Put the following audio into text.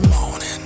morning